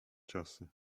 ciosy